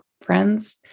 friends